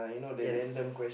ya